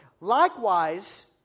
Likewise